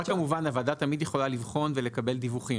כמובן הוועדה תמיד יכולה לבחון ולקבל דיווחים.